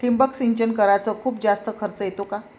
ठिबक सिंचन कराच खूप जास्त खर्च येतो का?